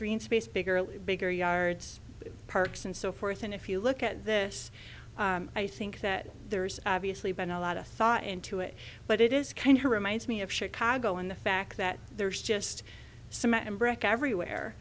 green space bigger and bigger yards parks and so forth and if you look at this i think that there's obviously been a lot of thought into it but it is kind he reminds me of chicago in the fact that there's just some and brick everywhere